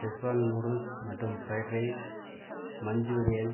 schezwan noodles மற்றும் fried rice Manchurian